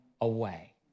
away